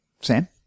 Sam